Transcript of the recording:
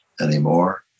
Anymore